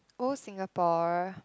old Singapore